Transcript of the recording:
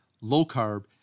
low-carb